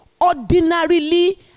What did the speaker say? ordinarily